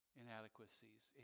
inadequacies